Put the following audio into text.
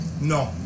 No